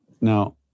now